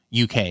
uk